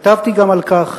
גם כתבתי על כך